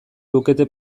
lukete